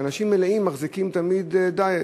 שאנשים מלאים מחזיקים תמיד דיאט.